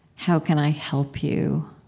how can i help you?